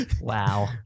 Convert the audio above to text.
Wow